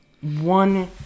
one